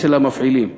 אצל המפעילים "אגד",